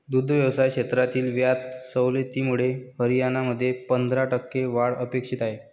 दुग्ध व्यवसाय क्षेत्रातील व्याज सवलतीमुळे हरियाणामध्ये पंधरा टक्के वाढ अपेक्षित आहे